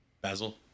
Basil